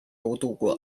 度过